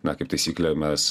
na kaip taisyklė mes